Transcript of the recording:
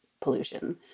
pollution